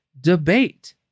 debate